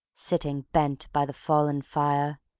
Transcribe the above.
sitting bent by the fallen fire,